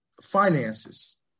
Finances